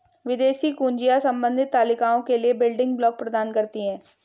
विदेशी कुंजियाँ संबंधित तालिकाओं के लिए बिल्डिंग ब्लॉक प्रदान करती हैं